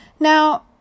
Now